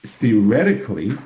theoretically